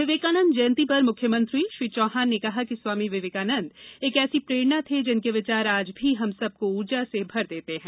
विवेकानंद जयंती पर मुख्यमंत्री श्री चौहान ने कहा कि स्वामी विवेकानन्द एक ऐसी प्रेरणा थे जिनके विचार आज भी हम सब को ऊर्जा से भर देते हैं